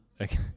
Okay